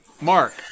Mark